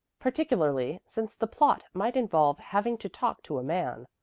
particularly since the plot might involve having to talk to a man.